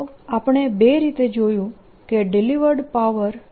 તો આપણે બે રીતે જોયું કે ડિલીવર્ડ પાવર PJ